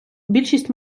більшість